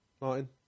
Martin